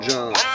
John